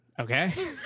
Okay